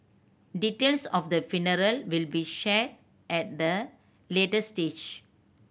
details of the funeral will be shared at a later stage